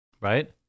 Right